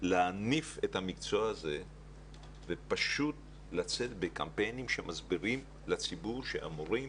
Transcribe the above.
להניף את המקצוע הזה ופשוט לצאת בקמפיינים שמסבירים לציבור שהמורים,